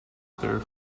their